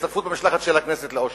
להשתתפות במשלחת הכנסת לאושוויץ.